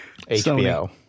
HBO